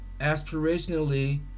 aspirationally